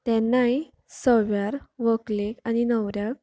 तेन्नाय सव्यार व्हंकलेक आनी न्हवऱ्याक